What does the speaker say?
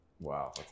Wow